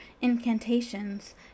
incantations